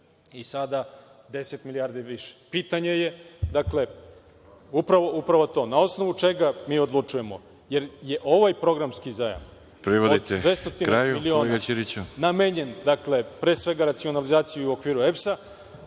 i sada 10 milijardi više. Pitanje je dakle upravo to – na osnovu čega mi odlučujemo, jer je ovaj programski zajam od 200 miliona namenjen, pre svega, racionalizaciji u okviru EPS-a?